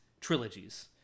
trilogies